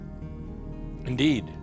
Indeed